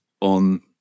on